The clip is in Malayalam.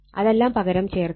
അതെല്ലാം പകരം ചേർക്കാം